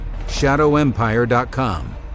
ShadowEmpire.com